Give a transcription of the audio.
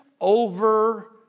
over